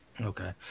Okay